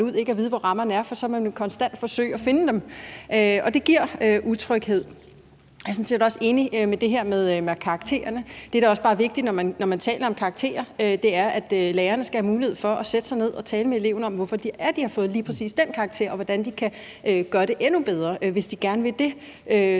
ud ikke at vide, hvor rammerne er, for så vil man jo konstant forsøge at finde dem, og det giver utryghed. Jeg er sådan set også enig i det her med karaktererne. Det, der også bare er vigtigt, når man taler om karakterer, er, at lærerne skal have mulighed for at sætte sig ned og tale med eleverne om, hvorfor de har fået lige præcis den karakter, og hvordan de kan gøre det endnu bedre, hvis de gerne vil det, så